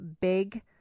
Big